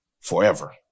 forever